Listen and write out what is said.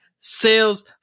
sales